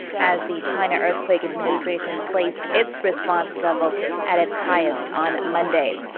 as the china earthquake administration placed its response level at its highest on monday.